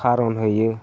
खारनहैयो